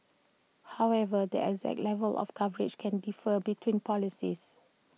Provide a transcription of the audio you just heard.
however the exact level of coverage can differ between policies